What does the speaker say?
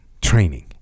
training